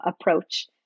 approach